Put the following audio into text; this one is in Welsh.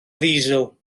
ddiesel